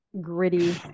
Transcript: gritty